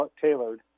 tailored